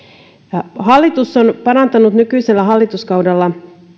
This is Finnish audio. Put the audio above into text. hallitus on parantanut nykyisellä hallituskaudella